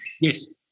Yes